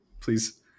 please